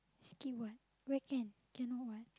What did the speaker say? skip what where can cannot what